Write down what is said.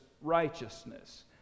righteousness